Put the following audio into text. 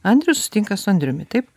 andrius susitinka su andriumi taip